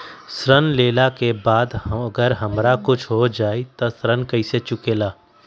ऋण लेला के बाद अगर हमरा कुछ हो जाइ त ऋण कैसे चुकेला?